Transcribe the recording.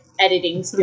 Editing